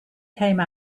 came